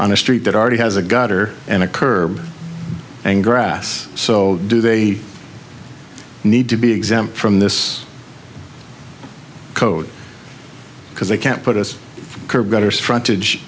a street that already has a gutter and a curb and grass so do they need to be exempt from this code because they can't put us curb bettors frontage